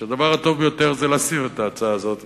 שהדבר הטוב ביותר זה להסיר את ההצעה הזאת מסדר-היום,